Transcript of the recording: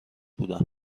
بودم